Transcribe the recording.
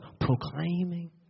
Proclaiming